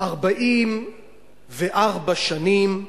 44 שנים,